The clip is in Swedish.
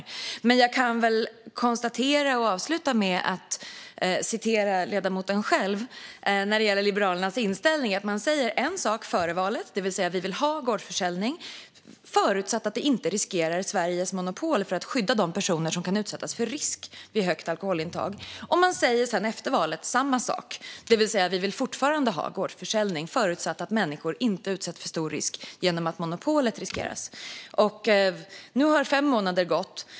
Apropå det ledamoten tog upp om Liberalernas inställning kan jag avsluta med att säga att vi från Liberalerna sa en sak före valet, nämligen att vi vill ha gårdsförsäljning förutsatt att detta inte innebär risk för Sveriges monopol för att skydda de personer som kan utsättas för risk vid högt alkoholintag. Efter valet sa vi samma sak, det vill säga att vi fortfarande vill ha gårdsförsäljning förutsatt att människor inte utsätts för stor risk genom att monopolet riskeras. Nu har fem månader gått.